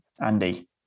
Andy